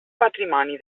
patrimoni